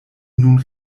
nun